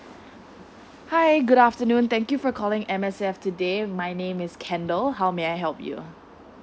hi good afternoon thank you for calling M_S_F today my name is kendall how may I help you